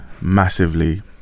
massively